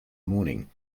morning